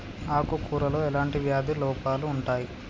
ఆకు కూరలో ఎలాంటి వ్యాధి లోపాలు ఉంటాయి?